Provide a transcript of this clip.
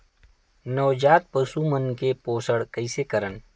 नवजात पशु मन के पोषण कइसे करन?